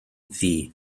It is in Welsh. ddu